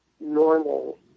normal